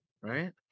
right